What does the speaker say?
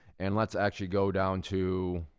and let's actually go down to,